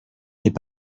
n’est